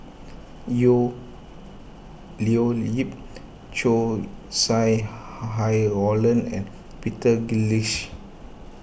Leo Yip Chow Sau Hai Roland and Peter